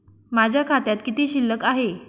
माझ्या खात्यात किती शिल्लक आहे?